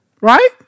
Right